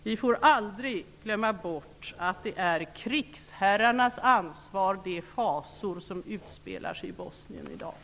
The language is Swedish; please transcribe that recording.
Vi får aldrig glömma att de fasor som i dag utspelar sig är krigsherrarnas ansvar.